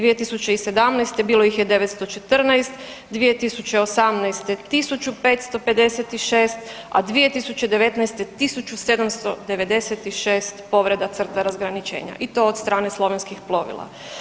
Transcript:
2017. bilo ih 914, 2018. 1556, a 2019. 1796 povreda crta razgraničenja i to od strane slovenskih plovila.